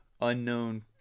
unknown